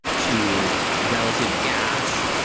to relative gas,